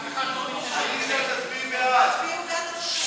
ההצעה להעביר לוועדה את הצעת חוק הגנת הצרכן (תיקון,